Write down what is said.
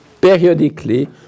periodically